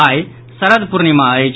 आई शरद पूर्णिमा अछि